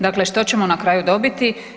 Dakle što ćemo na kraju dobiti?